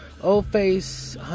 old-face